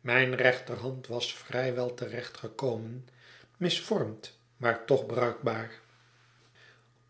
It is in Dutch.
mijn rechterhand was vrij wel te recht gekomen misvormd maar toch bruikbaar